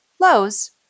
Lows